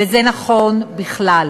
וזה נכון בכלל,